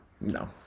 No